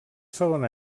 segon